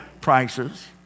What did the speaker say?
prices